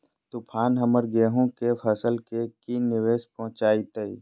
तूफान हमर गेंहू के फसल के की निवेस पहुचैताय?